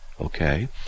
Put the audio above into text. Okay